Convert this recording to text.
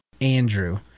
Andrew